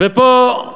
ופה,